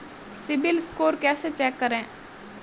CIBIL score कैसे check करें?